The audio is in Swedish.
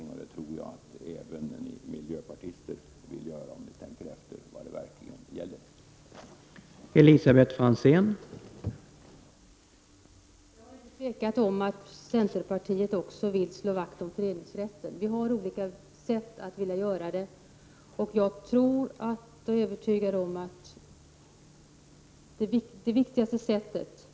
Jag tror alltså att ni miljöpartister vill göra det om ni bara betänker vad det verkligen är fråga om.